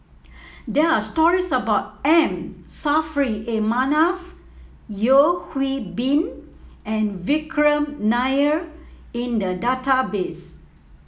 there are stories about M Saffri A Manaf Yeo Hwee Bin and Vikram Nair in the database